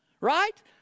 Right